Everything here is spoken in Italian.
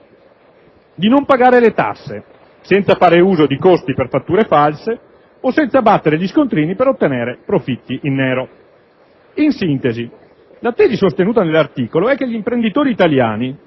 «di non pagare le tasse, senza fare uso di costi per fatture false o senza battere gli scontrini per ottenere profitti in nero». In sintesi, la tesi sostenuta nell'articolo è che gli imprenditori italiani